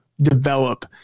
develop